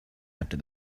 after